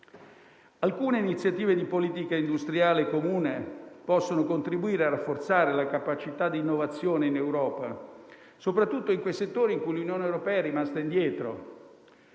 Alcune iniziative di politica industriale comune possono contribuire a rafforzare la capacità di innovazione in Europa, soprattutto in quei settori in cui l'Unione europea è rimasta indietro.